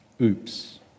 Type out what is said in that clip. Oops